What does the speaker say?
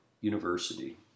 University